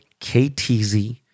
KTZ